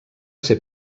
ser